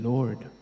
Lord